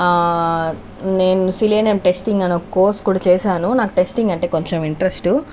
నేను selenium testing అని ఒక కోర్స్ కూడా చేశాను నాకు టెస్టింగ్ అంటే కొంచెం ఇంట్రెస్ట్